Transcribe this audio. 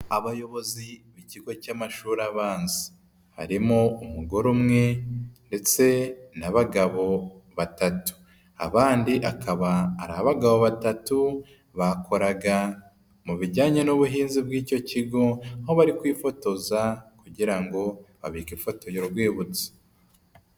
Abayobozi b'ikigo cy'amashuri abanza harimo umugore umwe ndetse n'abagabo batatu, abandi akaba ari abagabo batatu bakoraga mu bijyanye n'ubuhinzi bw'icyo kigo, aho bari kwifotoza kugira ngo babike ifoto y'urwibutso.